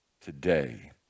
Today